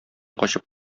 качып